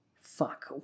Fuck